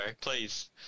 please